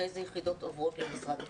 ואיזה יחידות עוברות למשרד התרבות.